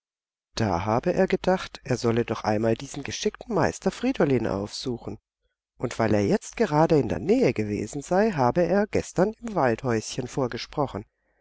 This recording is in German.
da habe er gedacht er sollte doch einmal diesen geschickten meister friedolin aufsuchen und weil er jetzt gerade in der nähe gewesen sei habe er gestern im waldhäuschen vorgesprochen